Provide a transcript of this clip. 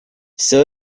все